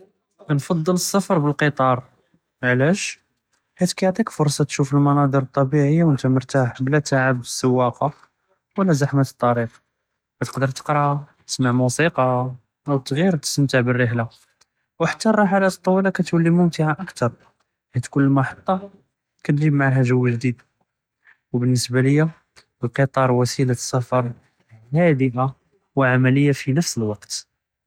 כנפדל אלספר בלקטאר، עלאש؟ חית יעטיכ פורסה תשוף אלמנאט'ר טביעיה ואנת מרתאח בלא תעב אלסואקה ולא זחמת אטריק כתקדר תקרא، אסמע מוסיקא ולא ע'י כתסתמתע ברח'לה، אוא חתה אלרח'לאת אלטווילה כאתולי מומתעה אכתר חית כל מחטה כאתג'יב מעהא ג'ו ג'דיד، אוא ובאלניסבה לי אלקטאר וסילת אלספר האדיה ועמליה פי נפס אלוקת.